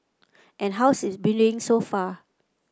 and how's it been doing so far